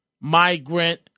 migrant